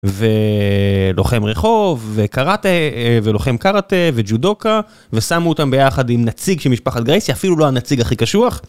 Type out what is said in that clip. ולוחם רחוב וקראטה ולוחם קראטה וג'ודוקה ושמו אותם ביחד עם נציג של משפחת גרייסי אפילו לא הנציג הכי קשוח.